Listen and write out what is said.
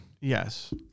Yes